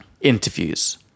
interviews